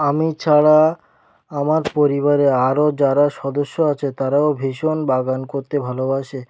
আমি ছাড়া আমার পরিবারে আরো যারা সদস্য আছে তারাও ভীষণ বাগান করতে ভালোবাসে